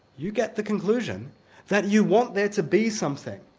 you get the conclusion that you want there to be something,